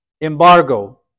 embargo